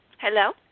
Hello